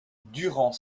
durant